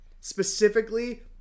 Specifically